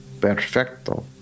Perfecto